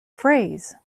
phrase